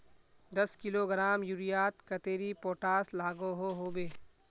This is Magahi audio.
दस किलोग्राम यूरियात कतेरी पोटास लागोहो होबे?